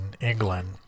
England